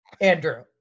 Andrew